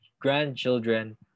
grandchildren